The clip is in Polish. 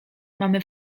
mamy